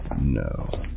No